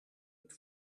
het